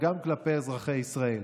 וגם כלפי אזרחי ישראל.